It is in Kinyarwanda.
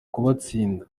kubatsinda